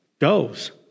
goes